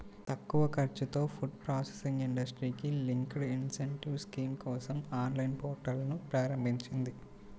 తక్కువ ఖర్చుతో food processing ఇండస్ట్రీకి లింక్డ్ ఇన్సెంటివ్ స్కీమ్ కోసం ఆన్లైన్ పోర్టల్ను ప్రారంభించింది